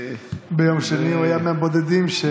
ביום שני הוא היה מהבודדים שהיו,